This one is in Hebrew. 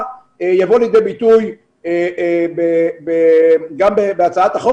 אכן יבוא לידי ביטוי גם בהצעת החוק